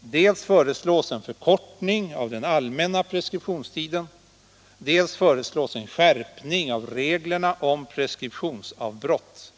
dels föreslås en förkortning av den allmänna preskriptionstiden, dels föreslås en skärpning av reglerna om preskriptionsavbrott.